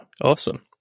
awesome